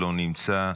לא נמצא,